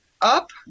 up